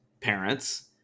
parents